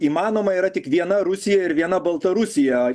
įmanoma yra tik viena rusija ir viena baltarusija